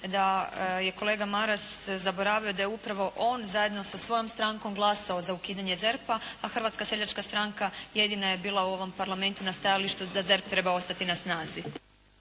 da je kolega Maras zaboravio da je upravo on zajedno sa svojom strankom glasao za ukidanje ZERP-a, a Hrvatska seljačka stranka jedina je bila u ovom Parlamentu na stajalištu da ZERP treba ostati na snazi.